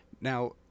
Now